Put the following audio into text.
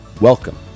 Welcome